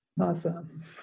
Awesome